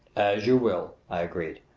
as you will, i agreed.